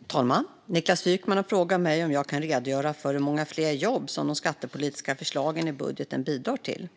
Fru talman! Niklas Wykman har frågat mig om jag kan redogöra för hur många fler jobb som de skattepolitiska förslagen i budgeten bidrar till.